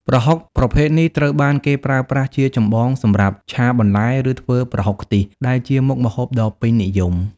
ប្រហុកប្រភេទនេះត្រូវបានគេប្រើប្រាស់ជាចម្បងសម្រាប់ ឆាបន្លែ ឬ ធ្វើប្រហុកខ្ទិះ ដែលជាមុខម្ហូបដ៏ពេញនិយម។